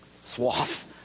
swath